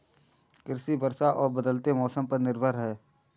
कृषि वर्षा और बदलते मौसम पर निर्भर है